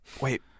Wait